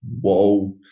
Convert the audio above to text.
whoa